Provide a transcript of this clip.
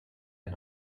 del